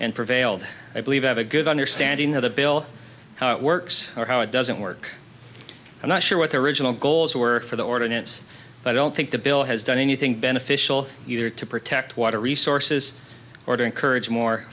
and prevailed i believe have a good understanding of the bill how it works or how it doesn't work i'm not sure what the original goals were for the ordinance but i don't think the bill has done anything beneficial either to protect water resources or to encourage more